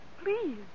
Please